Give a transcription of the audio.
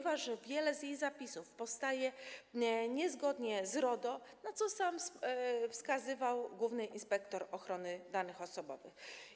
Wiele z jej zapisów pozostaje w niezgodzie z RODO, na co wskazywał sam główny inspektor ochrony danych osobowych.